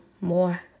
more